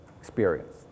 experience